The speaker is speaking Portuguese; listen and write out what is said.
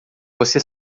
você